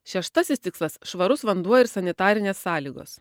šeštasis tikslas švarus vanduo ir sanitarinės sąlygos